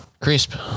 Crisp